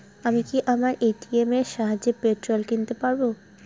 আমি কি আমার এ.টি.এম এর সাহায্যে পেট্রোল কিনতে পারব?